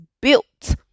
built